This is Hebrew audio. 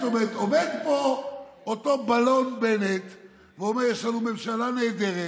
עומד פה אותו בלון בנט ואומר: יש לנו ממשלה נהדרת.